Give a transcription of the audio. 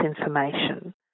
information